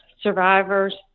survivors